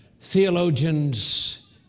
Theologians